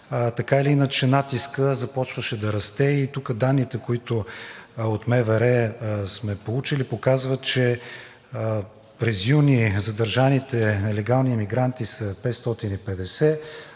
Афганистан, натискът започваше да расте и тук данните, които от МВР сме получили, показват, че през юни задържаните нелегални емигранти са 550,